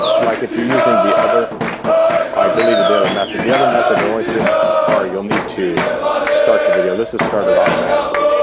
like if you're using the other i deleted the other method the other method annoys dreams to safari. you'll need to start the video this is started automatically.